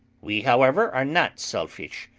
we, however, are not selfish,